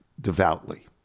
devoutly